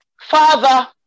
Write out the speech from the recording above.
Father